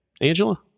Angela